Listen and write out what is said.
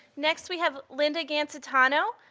next, we have linda gancitano,